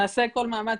נעשה כל מאמץ,